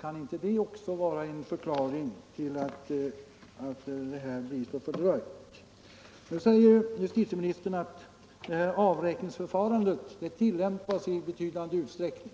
Kan inte också det vara en förklaring till fördröjningarna? Justitieministern säger att avräkningsförfarandet tillämpas i betydande utsträckning.